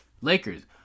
Lakers